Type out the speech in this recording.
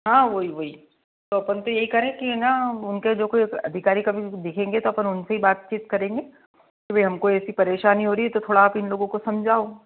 हाँ वही वही तो अपन तो यही करें कि ना उनके जो कोई अधिकारी कभी भी दिखेंगे तो आपन उनसे ही बातचीत करेंगे तो भाई हमको ऐसे परेशानी हो रही है तो थोड़ा आप इन लोगों को समझाओ